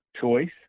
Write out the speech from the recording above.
choice